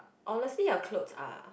honestly our clothes are